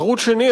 ערוץ שני,